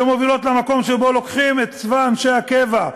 שמובילות למקום שבו לוקחים את צבא אנשי הקבע,